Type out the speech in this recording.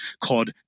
called